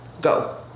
Go